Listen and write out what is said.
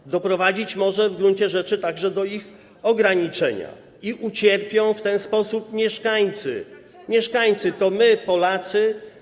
Może to doprowadzić w gruncie rzeczy także do ich ograniczenia i ucierpią w ten sposób mieszkańcy, a mieszkańcy to my, Polacy.